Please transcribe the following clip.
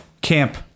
Camp